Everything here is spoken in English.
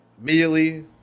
Immediately